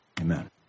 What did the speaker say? Amen